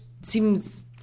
seems